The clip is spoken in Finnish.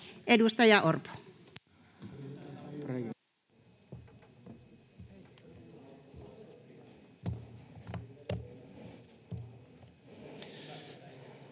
Edustaja Orpo.